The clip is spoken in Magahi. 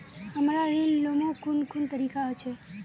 हमरा ऋण लुमू कुन कुन तरीका होचे?